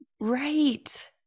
right